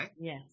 Yes